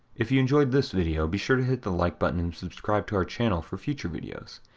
if you enjoyed this video, be sure to hit the like button and subscribe to our channel for future videos.